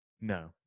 No